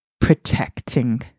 protecting